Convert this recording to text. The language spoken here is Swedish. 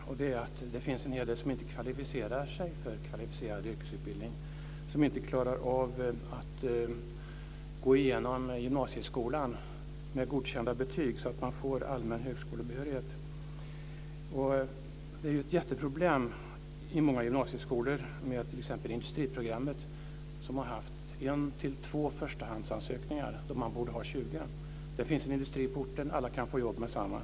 Det gäller att det finns en hel del som inte kvalificerar sig för kvalificerad yrkesutbildning och som inte klarar av att gå igenom gymnasieskolan med godkända betyg så att de får allmän högskolebehörighet. Det är ett jätteproblem i många gymnasieskolor med t.ex. industriprogrammet, där man har haft 1-2 förstahandsansökningar då man borde ha haft 20. Det finns en industri på orten; alla kan få jobb meddetsamma.